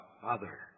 Father